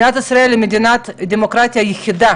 מדינת ישראל היא המדינה הדמוקרטית היחידה